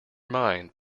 mind